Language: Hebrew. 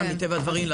מטבע הדברים,